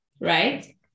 right